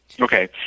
Okay